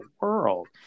world